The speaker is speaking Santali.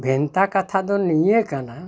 ᱵᱷᱮᱱᱛᱟ ᱠᱟᱛᱷᱟ ᱫᱚ ᱱᱤᱭᱟᱹ ᱠᱟᱱᱟ